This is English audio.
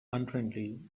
unfriendly